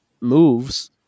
moves